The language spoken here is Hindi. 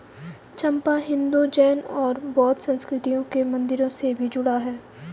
चंपा हिंदू, जैन और बौद्ध संस्कृतियों के मंदिरों से भी जुड़ा हुआ है